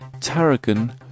tarragon